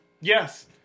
Yes